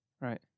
Right